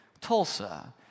Tulsa